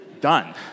Done